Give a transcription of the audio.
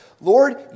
Lord